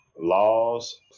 laws